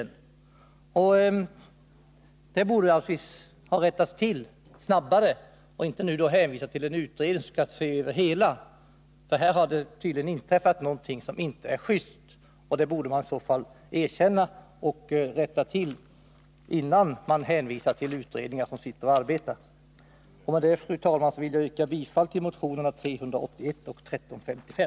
Misstaget borde naturligtvis ha rättats till tidigare och inte nu i samband med att en utredning skall se över hela transportstödet. Här har det tydligen inträffat någonting som inte är just, och det borde man erkänna och rätta till innan man hänvisar till utredningar som sitter och arbetar. Med detta vill jag, fru talman, yrka bifall till motionerna 381 och 1355.